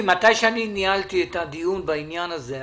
כשניהלתי את הדיון בעניין הזה,